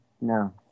No